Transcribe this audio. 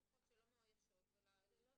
אפשר לקחת מהמסגרות הפתוחות שלא מאוישות ולייעד אותן.